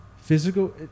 Physical